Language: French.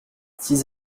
six